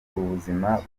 ubuzima